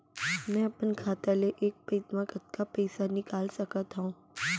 मैं अपन खाता ले एक पइत मा कतका पइसा निकाल सकत हव?